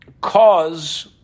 cause